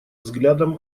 взглядам